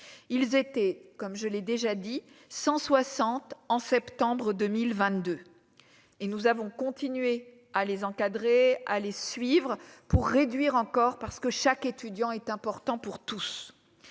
ils étaient comme je l'ai déjà dit 100 60 en septembre 2022, et nous avons continué à les encadrer à les suivre pour réduire encore parce que chaque étudiant est important pour tous